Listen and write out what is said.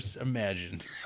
imagined